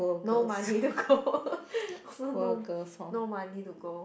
no money don't go no no money to go